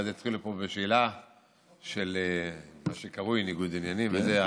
ואז יתחילו פה בשאלה של מה שקרוי "ניגוד עניינים" וזה.